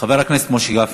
חבר הכנסת משה גפני.